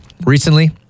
Recently